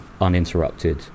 uninterrupted